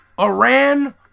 Iran